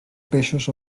peixos